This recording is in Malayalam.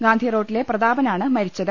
ഗാന്ധിറോട്ടിലെ പ്രതാ പനാണ് മരിച്ചത്